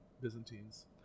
Byzantines